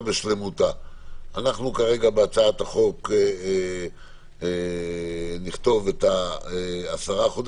בשלמותה: אנחנו כרגע בהצעת החוק נכתוב 10 חודשים,